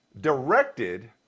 directed